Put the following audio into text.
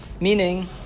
Meaning